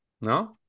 No